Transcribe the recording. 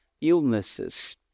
illnesses